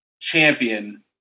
champion